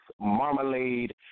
Marmalade